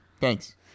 Thanks